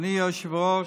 אדוני היושב-ראש,